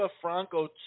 Franco